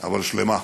אבל שלמה,